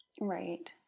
Right